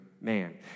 man